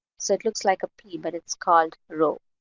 so it looks like a p, but it's called rho.